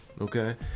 okay